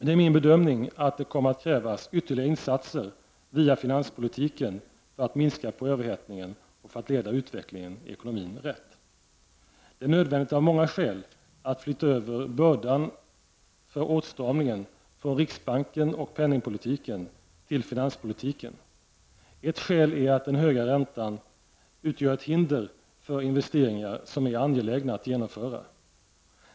Det är min bedömning att det kommer att krävas ytterligare insatser via finanspolitiken för att minska överhettningen och för att leda utvecklingen i ekonomin rätt. Det är nödvändigt av många skäl att flytta över bördan för åtstramningen från riksbanken och penningpolitiken till finanspolitiken. Ett skäl är att den höga räntan utgör ett hinder för investeringar som är angelägna att genomföra.